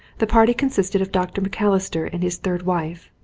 the party con sisted of dr. macalister and his third wife,